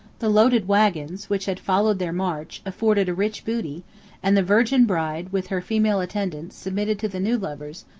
the loaded wagons, which had followed their march, afforded a rich booty and the virgin-bride, with her female attendants, submitted to the new lovers,